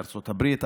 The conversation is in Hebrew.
בארצות הברית,